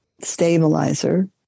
Stabilizer